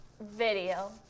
video